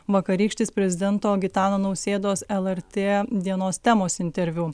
vakarykštis prezidento gitano nausėdos lrt dienos temos interviu